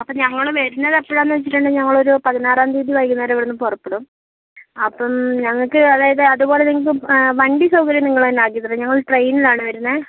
അപ്പം ഞങ്ങൾ വരുന്നത് എപ്പോഴാണ് വെച്ചിട്ടുണ്ടെങ്കിൽ ഞങ്ങൾ ഒരു പതിനാറാം തീയ്യതി വൈകുന്നേരം ഇവിടുന്ന് പുറപ്പെടും അപ്പം ഞങ്ങൾക്ക് അതായത് അതുപോലെ നിങ്ങൾക്കും വണ്ടി സൗകര്യം നിങ്ങൾ തന്നെ ആക്കിത്തരുമോ ഞങ്ങൾ ട്രെയിനിലാണ് വരുന്നത്